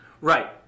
Right